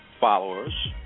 followers